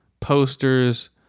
posters